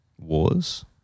wars